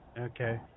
Okay